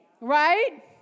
Right